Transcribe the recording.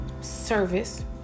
service